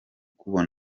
kubaho